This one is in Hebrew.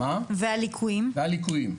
הליקויים.